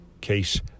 case